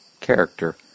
character